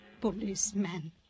policeman